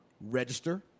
register